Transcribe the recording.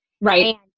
Right